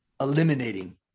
eliminating